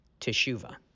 Teshuvah